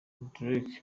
drake